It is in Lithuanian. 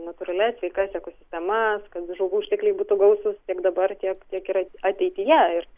natūralias sveikas ekosistemas kad žuvų ištekliai būtų gausūs tiek dabar tiek ir at ateityje